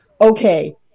okay